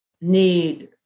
need